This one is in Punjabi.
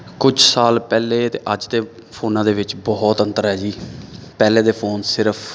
ਕੁਝ ਸਾਲ ਪਹਿਲੇ ਅਤੇ ਅੱਜ ਦੇ ਫੋਨਾਂ ਦੇ ਵਿੱਚ ਬਹੁਤ ਅੰਤਰ ਹੈ ਜੀ ਪਹਿਲੇ ਦੇ ਫੋਨ ਸਿਰਫ